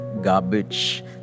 garbage